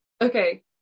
Okay